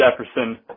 jefferson